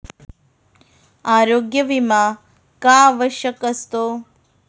आरोग्य विमा का आवश्यक असतो?